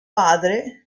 padre